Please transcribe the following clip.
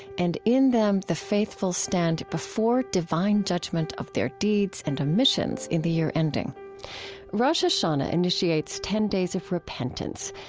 and in them, the faithful stand before divine judgment of their deeds and omissions in the year ending rosh hashanah initiates ten days of repentance,